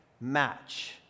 match